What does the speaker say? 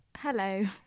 Hello